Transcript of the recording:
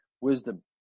wisdom